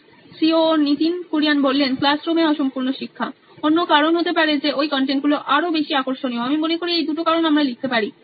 Nitin Kurian C O O নোইন electronics ক্লাসরুমে অসম্পূর্ণ শিক্ষা অন্য কারণ হতে পারে যে ওই কনটেন্ট গুলো আরো বেশি আকর্ষণীয় আমি মনে করি এই দুটো কারণ আমরা লিখতে পারি